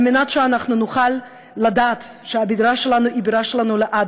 כדי שנוכל לדעת שהבירה שלנו היא הבירה שלנו לעד,